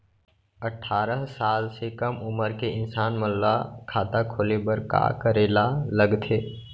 अट्ठारह साल से कम उमर के इंसान मन ला खाता खोले बर का करे ला लगथे?